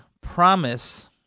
promise